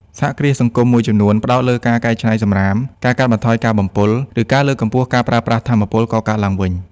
សហគ្រាសសង្គមមួយចំនួនផ្តោតលើការកែច្នៃសំរាម ការកាត់បន្ថយការបំពុល ឬការលើកកម្ពស់ការប្រើប្រាស់ថាមពលកកើតឡើងវិញ។